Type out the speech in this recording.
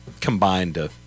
combined